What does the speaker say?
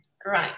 great